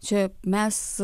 čia mes